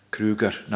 Kruger